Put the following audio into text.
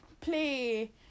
play